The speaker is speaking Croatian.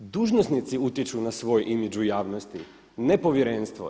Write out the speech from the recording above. Dužnosnici utječu na svoj imidž u javnosti ne povjerenstvo.